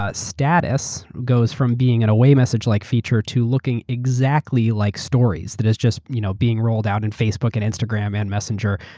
ah status goes from being an away message-like feature to looking exactly like stories that has just you know being rolled out in facebook, and instagram, and messenger,